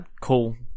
cool